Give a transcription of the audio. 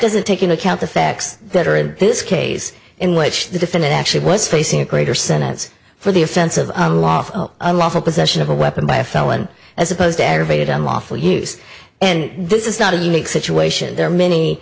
doesn't take into account the facts that are in this case in which the defendant actually was facing a greater senates for the offense of unlawful unlawful possession of a weapon by a felon as opposed to aggravated unlawful use and this is not a unique situation there